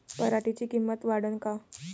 पराटीची किंमत वाढन का?